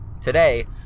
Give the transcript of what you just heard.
today